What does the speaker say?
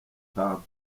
ipamba